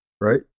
right